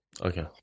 Okay